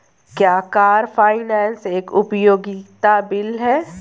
क्या car finance एक उपयोगिता बिल है?